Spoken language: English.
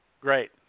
great